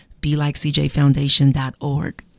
belikecjfoundation.org